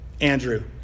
Andrew